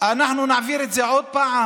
אנחנו נעביר עוד פעם